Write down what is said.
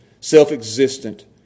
self-existent